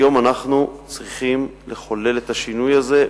היום אנחנו צריכים לחולל את השינוי הזה,